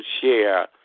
share